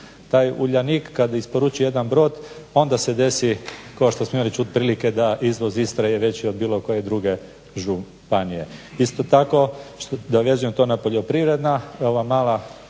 Taj Uljanik kad isporuči jedan brod onda se desi kao što smo imali prilike čuti da izvoz Istre je veći od bilo koje druge županije. Isto tako da vezujem to na poljoprivredna